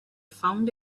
found